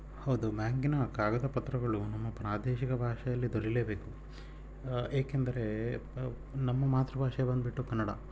ಹೌದು ಮ್ಯಾಂಕಿನ ಕಾಗದ ಪತ್ರಗಳು ನಮ್ಮ ಪ್ರಾದೇಶಿಕ ಭಾಷೆಯಲ್ಲಿ ದೊರೀಲೇಬೇಕು ಏಕೆಂದರೆ ನಮ್ಮ ಮಾತೃ ಭಾಷೆ ಬಂದುಬಿಟ್ಟು ಕನ್ನಡ